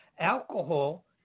alcohol